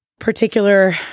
particular